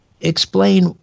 explain